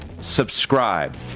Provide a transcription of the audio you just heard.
subscribe